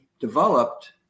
developed